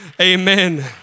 Amen